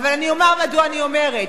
אבל אני אומר מדוע אני אומרת,